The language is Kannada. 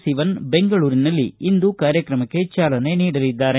ಸಿವನ್ ಬೆಂಗಳೂರಿನಲ್ಲಿ ಕಾರ್ಯಕ್ರಮಕ್ಕೆ ಚಾಲನೆ ನೀಡಲಿದ್ದಾರೆ